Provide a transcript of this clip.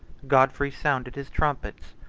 godfrey sounded his trumpets,